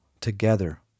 together